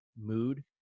mood